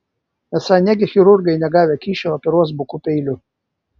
esą negi chirurgai negavę kyšio operuos buku peiliu